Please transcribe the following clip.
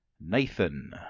Nathan